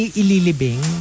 ililibing